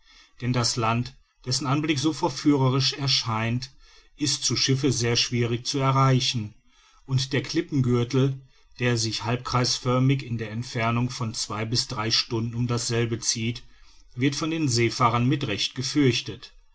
denn das land dessen anblick so verführerisch erscheint ist zu schiffe sehr schwierig zu erreichen und der klippengürtel der sich halbkreisförmig in der entfernung von zwei bis drei stunden um dasselbe zieht wird von den seefahrern mit recht gefürchtet